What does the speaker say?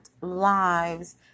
lives